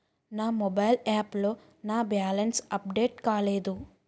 నా mobile app లో నా బ్యాలెన్స్ అప్డేట్ కాలేదు